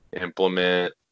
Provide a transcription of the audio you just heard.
implement